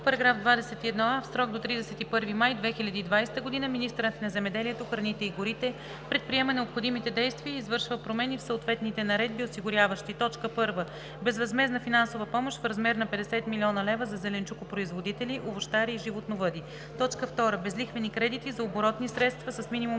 21а: „§ 21а. В срок до 31 май 2020 г. министърът на земеделието, храните и горите предприема необходимите действия и извършва промени в съответните наредби, осигуряващи: 1. Безвъзмездна финансова помощ в размер на 50 млн. лв. за зеленчукопроизводители, овощари и животновъди. 2. Безлихвени кредити за оборотни средства с минимум